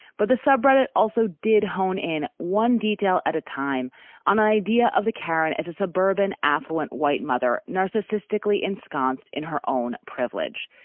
but the subrata also did hone in one detail at a time on idea of the karen as a suburban, affluent white mother narcissistically ensconced in her own privilege.